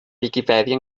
viquipèdia